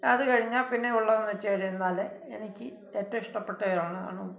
അത് കഴിഞ്ഞാൽ പിന്നെയുള്ളത് എന്ന് വച്ചുകഴിഞ്ഞാൽ എനിക്ക് ഏറ്റവും ഇഷ്ടപ്പെട്ടതാണ് ആണ്